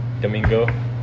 Domingo